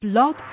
Blog